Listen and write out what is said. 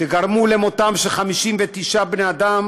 וגרמו למותם של 59 בני אדם